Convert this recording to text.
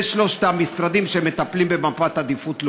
אלה שלושת המשרדים שמטפלים במפת עדיפות לאומית.